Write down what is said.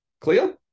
Clear